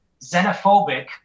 xenophobic